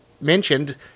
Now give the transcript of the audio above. mentioned